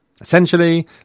Essentially